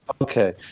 Okay